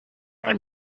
ein